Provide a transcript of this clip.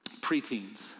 preteens